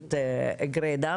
מגדרית גרידא.